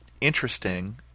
interesting